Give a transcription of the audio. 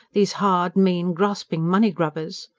these hard, mean, grasping money-grubbers!